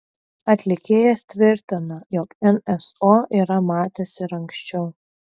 atlikėjas tvirtina jog nso yra matęs ir anksčiau